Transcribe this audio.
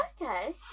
Okay